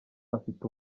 afite